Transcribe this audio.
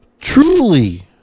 truly